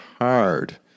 hard